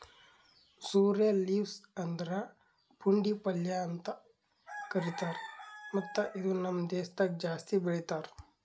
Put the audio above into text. sorrel leaves ಅಂದುರ್ ಪುಂಡಿ ಪಲ್ಯ ಅಂತ್ ಕರಿತಾರ್ ಮತ್ತ ಇದು ನಮ್ ದೇಶದಾಗ್ ಜಾಸ್ತಿ ಬೆಳೀತಾರ್